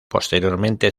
posteriormente